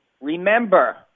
remember